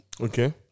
Okay